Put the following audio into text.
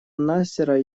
насера